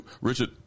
Richard